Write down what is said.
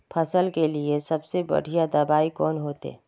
फसल के लिए सबसे बढ़िया दबाइ कौन होते?